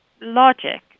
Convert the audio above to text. logic